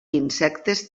insectes